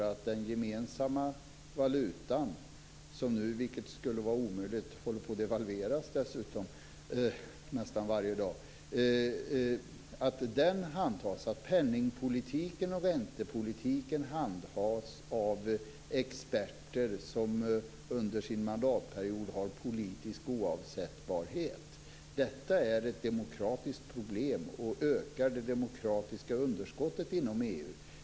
Att den gemensamma valutan - som dessutom borde devalveras varje dag - penningpolitiken och räntepolitiken handhas av experter som under sin mandatperiod har politisk oavsättbarhet är ett demokratiskt problem, och det ökar det demokratiska underskottet inom EU.